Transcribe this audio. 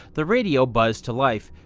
the radio buzzed to life.